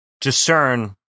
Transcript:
discern